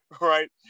Right